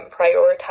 prioritize